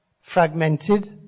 fragmented